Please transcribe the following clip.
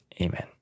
Amen